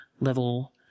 level